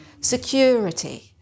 security